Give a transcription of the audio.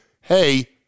hey